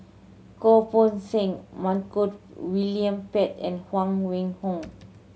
Goh Poh Seng Montague William Pett and Huang Wenhong